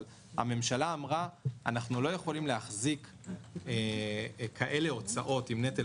אבל הממשלה אמרה: אנחנו לא יכולים להחזיק כאלה הוצאות עם נטל